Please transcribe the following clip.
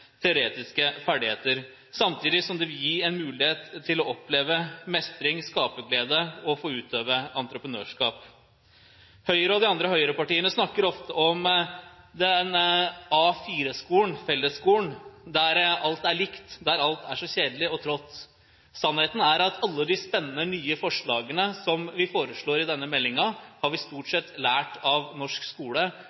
teoretiske ferdigheter, samtidig som det vil gi en mulighet til å oppleve mestring, skaperglede og få utøve entreprenørskap. Høyre og de andre høyrepartiene snakker ofte om A4-skolen – fellesskolen – der alt er likt, og der alt er så kjedelig og trått. Sannheten er at alle de spennende, nye forslagene som foreslås i denne meldingen, er stort